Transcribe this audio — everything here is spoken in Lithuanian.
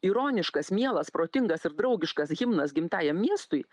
ironiškas mielas protingas ir draugiškas himnas gimtajam miestui